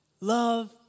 love